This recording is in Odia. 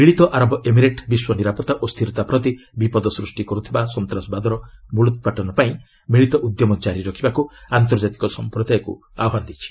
ମିଳିତ ଆରବ ଏମିରେଟ୍ ବିଶ୍ୱ ନିରାପତ୍ତା ଓ ସ୍ଥିରତା ପ୍ରତି ବିପଦ ସୃଷ୍ଟି କରିଥିବା ସନ୍ତାସବାଦର ମୂଳୋତ୍ପାଟନ ପାଇଁ ମିଳିତ ଉଦ୍ୟମ ଜାରି ରଖିବାକୁ ଆନ୍ତର୍ଜାତିକ ସଂପ୍ରଦାୟକୁ ଆହ୍ୱାନ ଦେଇଛି